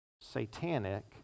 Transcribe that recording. satanic